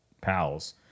pals